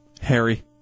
Harry